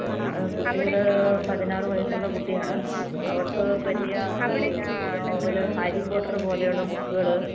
കുട്ടികൾ പതിനാറു വയസ്സുള്ള കുട്ടിയാണ് അവർക്ക് പറ്റിയ ഈ നോവൽ ഹാരി പോട്ടർ പോലെയുള്ള ബുക്കുകൾ